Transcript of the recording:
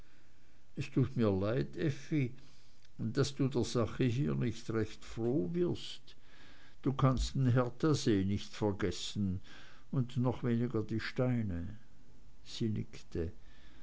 es tut mir leid effi daß du der sache nicht recht froh wirst du kannst den herthasee nicht vergessen und noch weniger die steine sie nickte